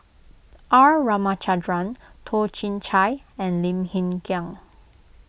R Ramachandran Toh Chin Chye and Lim Hng Kiang